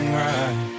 right